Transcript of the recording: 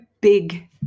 big